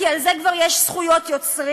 כי על זה כבר יש זכויות יוצרים,